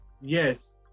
Yes